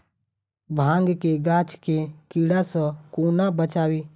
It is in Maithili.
भांग केँ गाछ केँ कीड़ा सऽ कोना बचाबी?